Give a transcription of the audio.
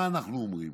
מה אנחנו אומרים?